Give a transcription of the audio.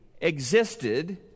existed